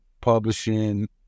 publishing